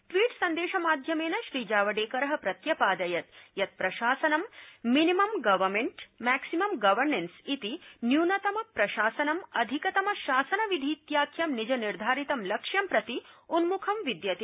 tweet सन्देश माध्यमेन श्री जावड़ेकर प्रत्यपादयत् यत् प्रशासनं मिनिमम गवर्नमेन्ट मैक्सिमम गवर्नेंस इति न्यूनतम प्रशासनम् अधिकतम शासनविधीत्याख्यं निज निर्धारित लक्ष्यं प्रति उन्म्खं विद्यते